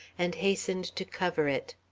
and hastened to cover it.